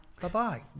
Bye-bye